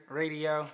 radio